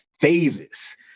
phases